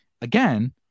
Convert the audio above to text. again